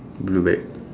blue bag